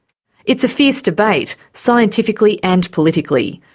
it's a fierce debate scientifically and politically.